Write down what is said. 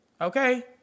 Okay